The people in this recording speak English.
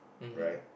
right